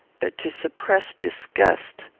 but to suppress disgust.